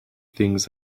things